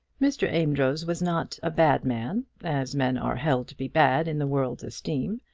mr. amedroz was not a bad man as men are held to be bad in the world's esteem.